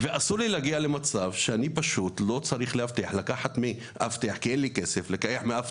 ואסור לי להגיע למצב שאני צריך לקחת מאבטח בעצמי.